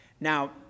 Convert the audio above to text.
Now